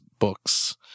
books